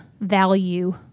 value